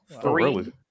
three